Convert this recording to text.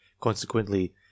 Consequently